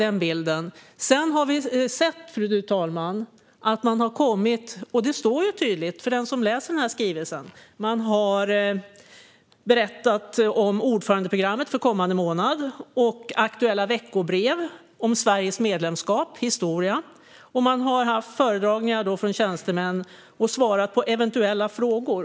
För den som läser skrivelsen står det tydligt att man har berättat om ordförandeprogrammet för kommande månad, informerat om Sveriges medlemskap genom aktuella veckobrev, haft föredragningar från aktuella tjänstemän och svarat på eventuella frågor.